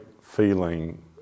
feeling